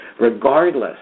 Regardless